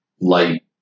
light